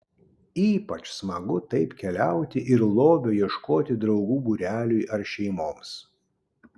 ypač smagu taip keliauti ir lobio ieškoti draugų būreliui ar šeimoms